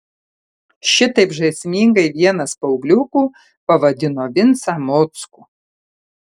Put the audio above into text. šitaip žaismingai vienas paaugliukų pavadino vincą mockų